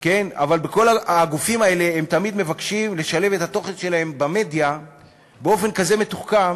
אבל הגופים האלה תמיד מבקשים לשלב את התוכן שלהם במדיה באופן כזה מתוחכם